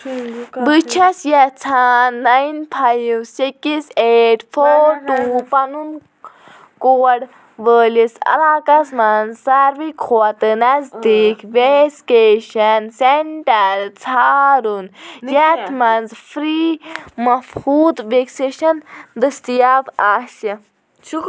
بہٕ چھَس یژھان nine five six eight four two پنُن کوڈ وٲلِس علاقس مَنٛز ساروی کھۄتہٕ نزدیٖک وٮ۪سکیشَن سٮ۪نٛٹَر ژھارُن یتھ مَنٛز فِرٛی مَفحوٗط وٮ۪کسیشَن دٔستِیاب آسہِ